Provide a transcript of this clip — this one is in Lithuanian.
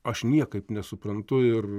aš niekaip nesuprantu ir